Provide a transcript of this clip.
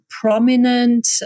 prominent